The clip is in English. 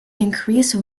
increase